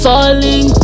Falling